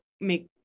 make